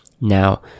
Now